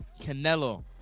Canelo